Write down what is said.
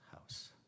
house